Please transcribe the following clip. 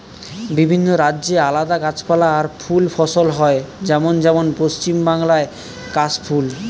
বিভিন্ন রাজ্যে আলদা গাছপালা আর ফুল ফসল হয় যেমন যেমন পশ্চিম বাংলায় কাশ ফুল